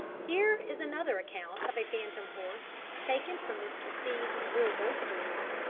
here is another account of a phantom horse taken from mr. stead's real ghost stories.